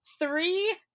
three